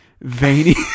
veiny